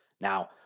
Now